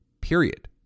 Period